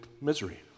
misery